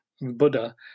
Buddha